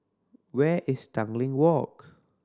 where is Tanglin Walk